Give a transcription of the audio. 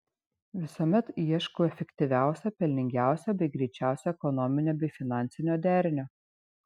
visuomet ieškau efektyviausio pelningiausio bei greičiausio ekonominio bei finansinio derinio